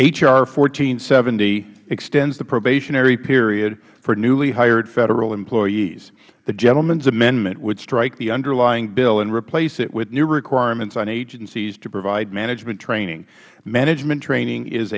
and seventy extends the probationary period for newly hired federal employees the gentlemans amendment would strike the underlying bill and replace it with new requirements on agencies to provide management training management training is